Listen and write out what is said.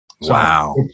Wow